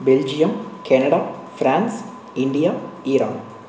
Belgium Canada France India Iran